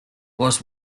was